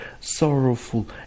sorrowful